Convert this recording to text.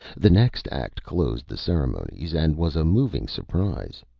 the next act closed the ceremonies, and was a moving surprise.